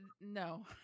no